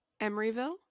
Emeryville